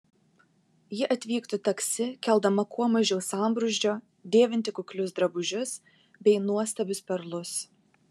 ji atvyktų taksi keldama kuo mažiau sambrūzdžio dėvinti kuklius drabužius bei nuostabius perlus